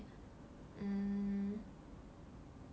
mm